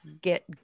get